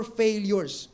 failures